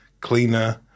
cleaner